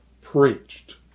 preached